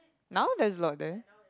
now there is a lot there